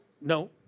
No